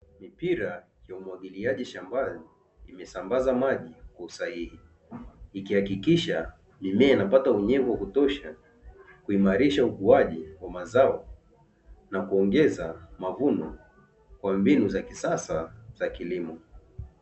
Mipira ya umwagiliaji shambani imesambaza maji kwa usahihi, ikihakikisha mimea inapata unyevu wa kutosha, kuimarisha ukuaji wa mazao, na kuongeza mavuno kwa mbinu za kisasa za kilimo.